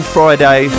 Friday